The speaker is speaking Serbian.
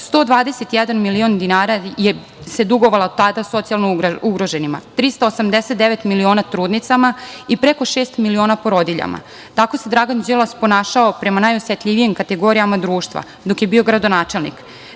121 milion dinara se dugovalo tada socijalno ugroženima, 389 miliona trudnicama i preko šest miliona porodiljama. Tako se Dragan Đilas ponašao prema najosetljivijim kategorijama društva dok je bio gradonačelnik. Danas